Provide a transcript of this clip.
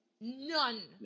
None